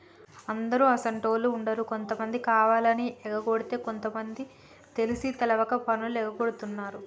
అందరు అసోంటోళ్ళు ఉండరు కొంతమంది కావాలని ఎగకొడితే కొంత మంది తెలిసి తెలవక పన్నులు ఎగగొడుతున్నారు